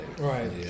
Right